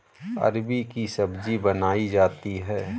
अरबी की सब्जी बनायीं जाती है